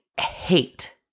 hate